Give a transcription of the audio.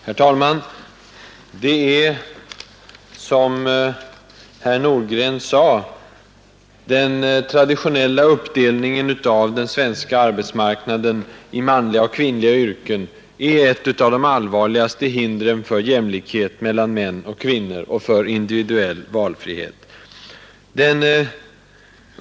Herr talman! Som herr Nordgren sade är den traditionella uppdelningen av den svenska arbetsmarknaden i manliga och kvinnliga yrken ett av de allvarligaste hindren för jämlikhet mellan män och kvinnor och för individuell valfrihet.